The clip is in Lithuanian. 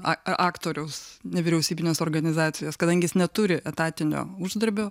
aktoriaus nevyriausybinės organizacijos kadangi jis neturi etatinio uždarbio